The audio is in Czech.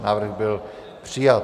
Návrh byl přijat.